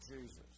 Jesus